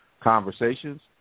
conversations